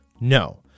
no